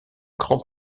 grand